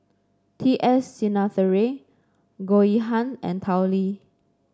T S Sinnathuray Goh Yihan and Tao Li